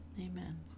Amen